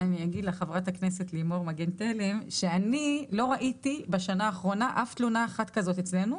אני לא ראיתי בשנה האחרונה אף תלונה אחת כזאת אצלנו,